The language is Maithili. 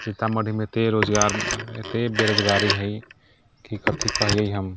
सीतामढ़ीमे एते रोजगार एते बेरोजगारी हय कि कथी कहियै हम